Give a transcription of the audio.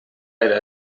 era